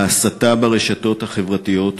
ההסתה ברשתות החברתיות,